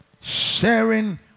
Sharing